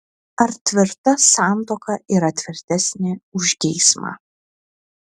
ar tvirta santuoka yra tvirtesnė už geismą